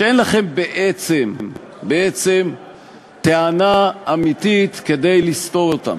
שאין לכם בעצם טענה אמיתית כדי לסתור אותם.